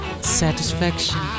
Satisfaction